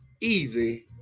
easy